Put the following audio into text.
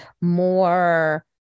more